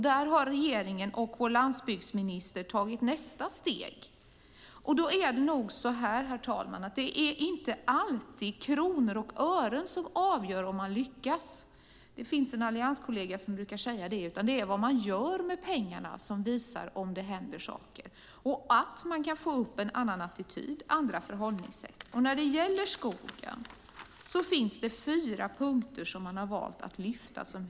Där har regeringen och vår landsbygdsminister tagit nästa steg. Herr talman! Det är inte alltid kronor och ören som avgör om man lyckas - det finns en allianskollega som brukar säga det - utan det är vad man gör med pengarna som visar om det händer saker och om man kan få fram en annan attityd och andra förhållningssätt. Det är fyra punkter som man har valt att lyfta fram som huvudrubriker när det gäller skogen.